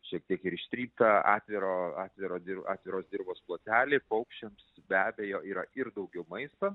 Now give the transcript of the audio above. šiek tiek ir ištryptą atviro atviro atviros dirvos plotelį paukščiams be abejo yra ir daugiau maisto